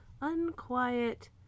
unquiet